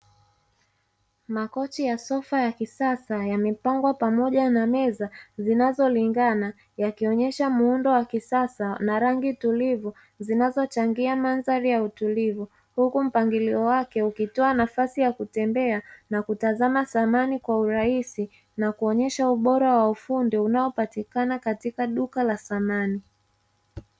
Makochi ya sofa ya kisasa, yamepangwa pamoja na meza zinazolingana; yakionyesha muundo wa kisasa na rangi tulivu zinazochangia mandhari ya utulivu, huku mpangilio wake ukitoa nafasi ya kutembea na kutazama samani kwa urahisi, na kuonyesha ubora wa ufundi unaopatikana katika duka la samani.